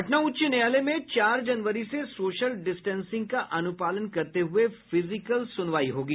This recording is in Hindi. पटना उच्च न्यायालय में चार जनवरी से सोशल डिस्टेंसिंग का अनुपालन करते हुए फिजिकल सुनवाई होगी